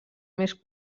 més